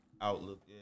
outlook